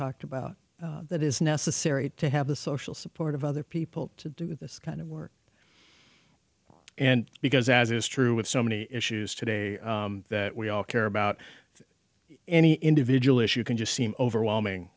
talked about that is necessary to have the social support of other people to do this kind of work and because as is true with so many issues today that we all care about any individual issue can just seem overwhelming